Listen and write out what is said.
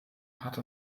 hatte